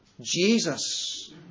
Jesus